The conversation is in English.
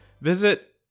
visit